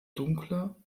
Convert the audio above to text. dunkle